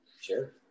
sure